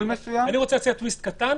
אני רוצה להציע טוויסט קטן